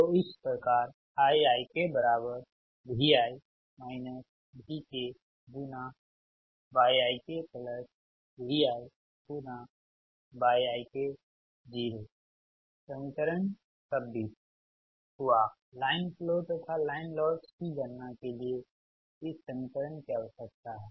तो इस प्रकार IikyikViyiko समीकरण 26 हुआ लाइन फ्लो तथा लाइन लॉस की गणना के लिए इस समीकरण की आवश्यकता है